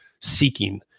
seeking